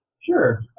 Sure